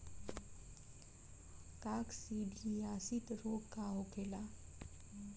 काकसिडियासित रोग का होखेला?